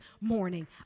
morning